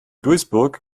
duisburg